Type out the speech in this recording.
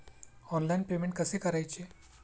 Online payment कसे करायचे?